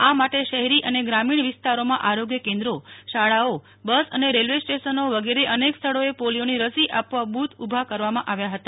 આ માટે શહેરી અને ગ્રામીણ વિસ્તારોમાં આરોગ્ય કેન્દ્રો શાળાઓ બસ અને રેલ્વે સ્ટેશનો વગેરે અનેક સ્થળોએ પોલિયોની રસી આપવા બુથ ઉભા કરવામાં આવ્યા હતા